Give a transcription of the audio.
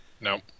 No